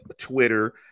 Twitter